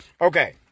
Okay